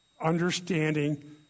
understanding